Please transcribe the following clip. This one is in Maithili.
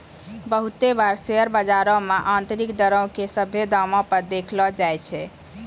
बहुते बार शेयर बजारो मे आन्तरिक दरो के सभ्भे दामो पे देखैलो जाय छै